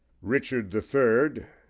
richard the third,